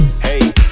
Hey